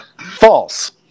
False